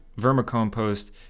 vermicompost